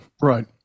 Right